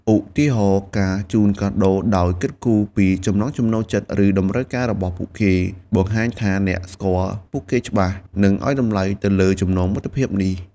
ឧទាហរណ៍ ការជូនកាដូដោយគិតគូរពីចំណង់ចំណូលចិត្ត ឬតម្រូវការរបស់ពួកគេ បង្ហាញថាអ្នកស្គាល់ពួកគេច្បាស់ និងឲ្យតម្លៃទៅលើចំណងមិត្តភាពនេះ។